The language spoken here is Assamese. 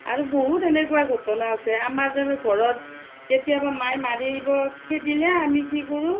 আৰু বহুত এনেকুৱা ঘটনা আছে আমাৰ তাৰমানে ঘৰত কেতিয়াবা মাই মাৰিব খেদিলে আমি কি কৰোঁ